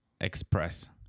express